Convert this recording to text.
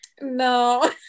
No